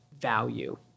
value